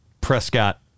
Prescott